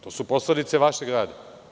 To su posledice vašeg rada.